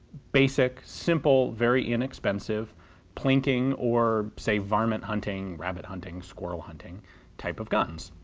basic, simple, very inexpensive plinking or say varmint hunting, rabbit hunting, squirrel hunting type of guns.